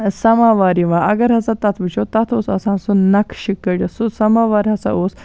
سَمَوار یِوان اَگَر ہَسا تَتھ وٕچھو تَتھ اوس آسان سُہ نَقشہِ کٔڈِتھ سُہ سَمَوار ہَسا اوس